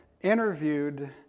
interviewed